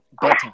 better